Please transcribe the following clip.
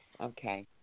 okay